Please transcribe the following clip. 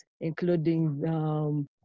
including